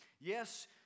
Yes